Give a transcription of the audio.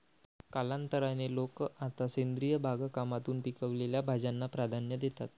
कालांतराने, लोक आता सेंद्रिय बागकामातून पिकवलेल्या भाज्यांना प्राधान्य देतात